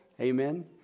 Amen